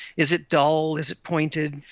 is it dull, is it pointed.